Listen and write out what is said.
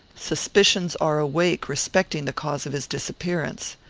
suspicions are awake respecting the cause of his disappearance.